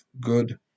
good